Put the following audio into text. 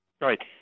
Right